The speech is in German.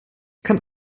kann